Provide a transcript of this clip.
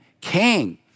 king